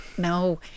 No